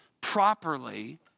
properly